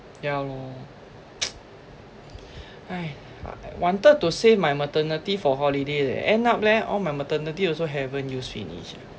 ya lor !hais! wanted to save my maternity for holiday leh end up leh all my maternity also haven't use finish eh